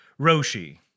Roshi